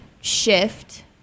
shift